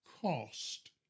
cost